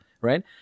right